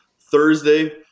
Thursday